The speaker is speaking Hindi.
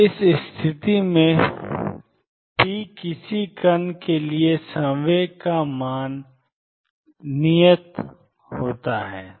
इस स्थिति p में किसी कण के लिए संवेग का मान नियत होता है